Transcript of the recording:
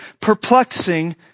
perplexing